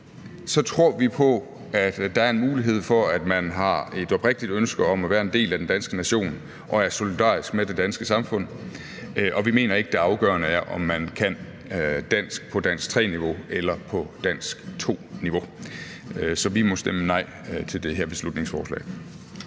niveau, så er der en mulighed for, at man har et oprigtigt ønske om at være en del af den danske nation og være solidarisk med det danske samfund. Vi mener ikke, at det afgørende er, om man kan dansk på dansk 3-niveau eller på dansk 2-niveau, så vi må stemme nej til det her beslutningsforslag.